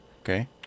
Okay